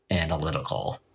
analytical